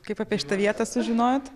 kaip apie šitą vietą sužinojot